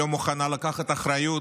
לא מוכנה לקחת אחריות